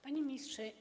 Panie Ministrze!